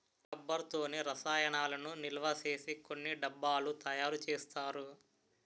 rubber తోనే రసాయనాలను నిలవసేసి కొన్ని డబ్బాలు తయారు చేస్తారు